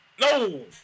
No